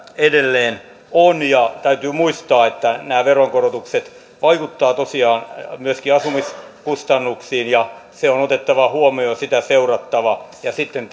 edelleen on täytyy muistaa että nämä veronkorotukset vaikuttavat tosiaan myöskin asumiskustannuksiin ja se on otettava huomioon sitä seurattava sitten